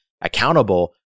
accountable